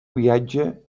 viatge